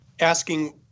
asking